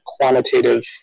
quantitative